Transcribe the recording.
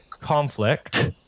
conflict